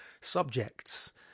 subjects